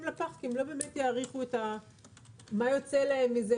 לפח כי הם לא באמת יעריכו מה יוצא להם מזה,